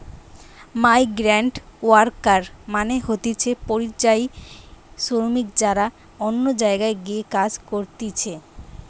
migrant worker মানে হতিছে পরিযায়ী শ্রমিক যারা অন্য জায়গায় গিয়ে কাজ করতিছে